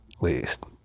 least